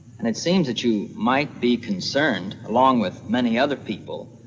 and it seems that you might be concerned, along with many other people,